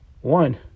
one